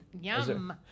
Yum